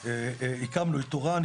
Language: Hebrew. הקמנו את תוראן,